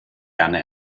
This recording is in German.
gerne